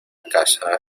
caza